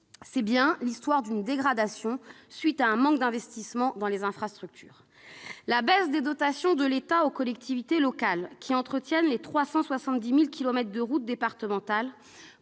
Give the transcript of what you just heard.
C'est bien l'histoire d'une dégradation à la suite d'un manque d'investissement dans les infrastructures. La baisse des dotations de l'État aux collectivités, qui entretiennent les 370 000 kilomètres de routes départementales,